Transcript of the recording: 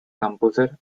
composer